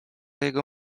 jego